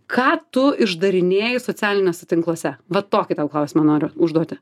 ką tu išdarinėji socialiniuose tinkluose vat tokį klausimą noriu užduoti